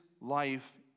life